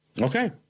Okay